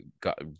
got